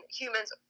humans